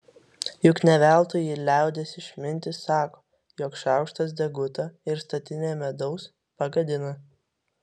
juk ne veltui liaudies išmintis sako jog šaukštas deguto ir statinę medaus pagadina